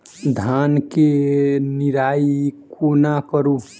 धान केँ निराई कोना करु?